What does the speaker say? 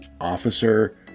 officer